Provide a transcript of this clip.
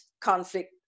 conflict